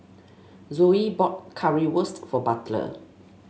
Zoey bought Currywurst for Butler